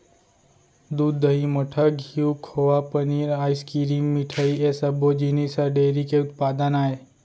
दूद, दही, मठा, घींव, खोवा, पनीर, आइसकिरिम, मिठई ए सब्बो जिनिस ह डेयरी के उत्पादन आय